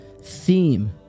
theme